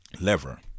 lever